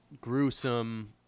gruesome